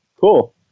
cool